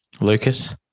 Lucas